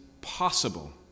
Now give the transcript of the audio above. possible